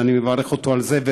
ושאני מברך אותו על זה,